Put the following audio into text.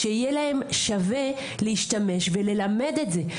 שיהיה להם שווה להשתמש וללמד את זה,